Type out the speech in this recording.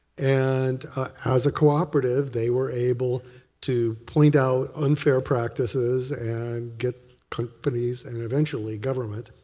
and as a cooperative they were able to point out unfair practices and get companies and eventually government.